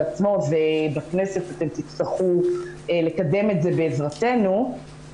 עצמו ובכנסת אתם תצטרכו לקדם את זה בעזרתנו,